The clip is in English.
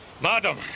madam